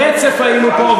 ברצף היינו פה,